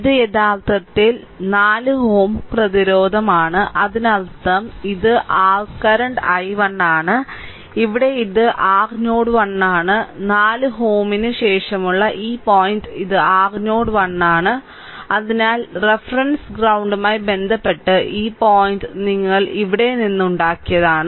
ഇത് യഥാർത്ഥത്തിൽ 4 Ω പ്രതിരോധമാണ് അതിനർത്ഥം ഇതും ഇതും r കറന്റ് i1 ആണ് ഇവിടെ ഇത് r നോഡ് 1 ആണ് 4Ω ന് ശേഷമുള്ള ഈ പോയിന്റ് ഇത് r നോഡ് 1 ആണ് അതിനാൽ റഫറൻസ് ഗ്രൌണ്ടുമായി ബന്ധപ്പെട്ട് ഈ പോയിന്റ് ഞങ്ങൾ ഇവിടെ നിന്ന് ഇവിടെ നിന്ന് ഉണ്ടാക്കിയത്